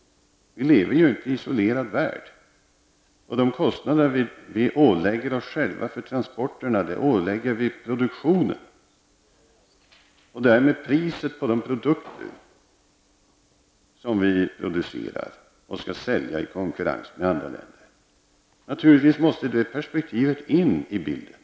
Vi lever ju inte i en isolerad värld. De kostnader vi ålägger oss själva för transporterna, ålägger vi produktionen och därmed bestäms priset på de produkter vi producerar och skall sälja i konkurrens med andra länder. Naturligtvis måste det perspektivet vägas in i bilden.